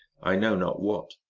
i know not what,